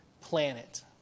planet